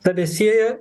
save sieja